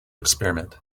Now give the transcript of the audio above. experiment